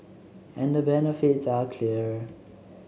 and the benefits are clear